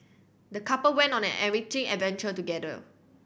the couple went on an enriching adventure together